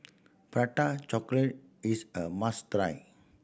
Prata Chocolate is a must try